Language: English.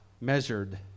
measured